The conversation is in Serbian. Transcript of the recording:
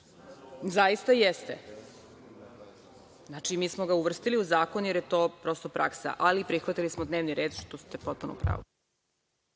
Zaista jeste. Znači, mi smo ga uvrstili u zakon jer je to prosto praksa, ali prihvatili smo dnevni red, što ste potpuno u pravu.